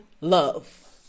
love